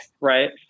right